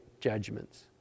judgments